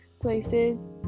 places